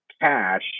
cash